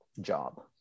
job